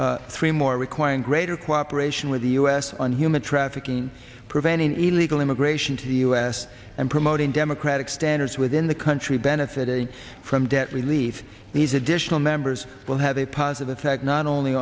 more three more requiring greater cooperation with the u s on human trafficking preventing illegal immigration to the us and promoting democratic standards within the country benefiting from debt relief these additional members will have a positive effect not only